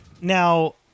Now